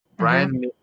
Brian